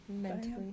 Mentally